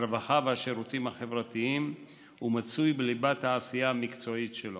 הרווחה והשירותים החברתיים ומצוי בליבת העשייה המקצועית שלו.